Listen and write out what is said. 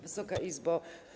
Wysoka Izbo!